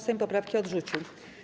Sejm poprawki odrzucił.